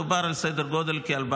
מדובר על סדר גודל של כ-4